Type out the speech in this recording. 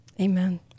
Amen